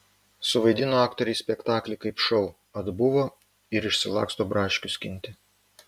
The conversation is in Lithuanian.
suvaidino aktoriai spektaklį kaip šou atbuvo ir išsilaksto braškių skinti